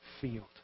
field